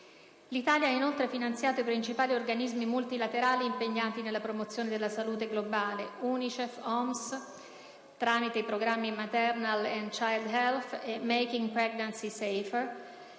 L'Italia ha inoltre finanziato i principali organismi multilaterali impegnati nella promozione della Salute Globale, Unicef, OMS (tramite i programmi «Maternal and Child Health» e «Making Pregnancy Safer»)